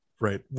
right